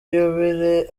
yubile